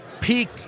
peak